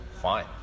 fine